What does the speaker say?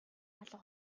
алга